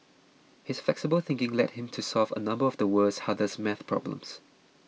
his flexible thinking led him to solve a number of the world's hardest math problems